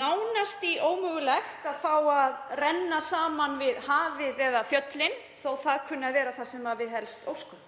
nánast ómögulegt að fá að renna saman við hafið eða fjöllin þótt það kunni að vera það sem við óskum